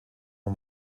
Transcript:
nur